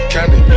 Candy